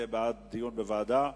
בעד דיון בוועדה.